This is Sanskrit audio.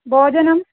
भोजनम्